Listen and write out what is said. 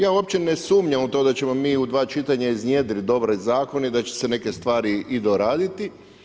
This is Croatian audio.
Ja uopće ne sumnjam u to, da ćemo mi u dva čitanja, iznjedriti dobre zakone i da će se neke stvari i doraditi.